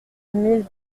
mille